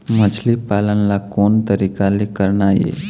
मछली पालन ला कोन तरीका ले करना ये?